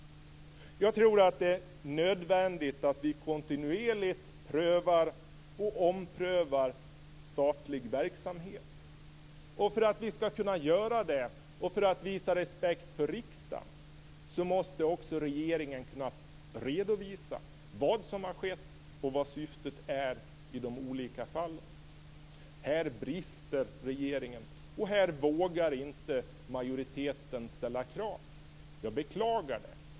Jag tror att det är nödvändigt att vi kontinuerligt prövar och omprövar statlig verksamhet. För att vi skall kunna göra det, och för att visa respekt för riksdagen, måste också regeringen kunna redovisa vad som har skett och vad syftet är i de olika fallen. Här brister regeringen, och här vågar inte majoriteten ställa krav. Jag beklagar det.